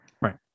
Right